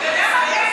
אתה יודע מה?